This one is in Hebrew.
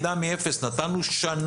זה הקמת יחידה מאפס.